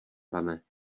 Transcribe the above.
pane